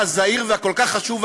הזעיר והכל-כך חשוב,